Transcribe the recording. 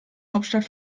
hauptstadt